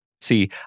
See